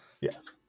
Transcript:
Yes